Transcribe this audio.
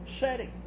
setting